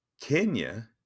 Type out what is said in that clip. Kenya